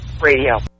Radio